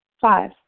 Five